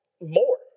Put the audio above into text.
more